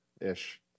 ish